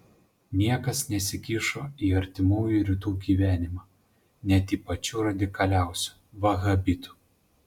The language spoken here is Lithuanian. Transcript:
niekas nesikišo į artimųjų rytų gyvenimą net į pačių radikaliausių vahabitų